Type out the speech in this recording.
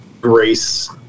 grace